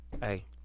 Hey